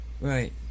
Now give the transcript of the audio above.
Right